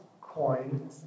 coin